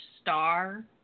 star